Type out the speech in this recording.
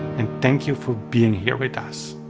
and thank you for being here with us.